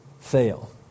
fail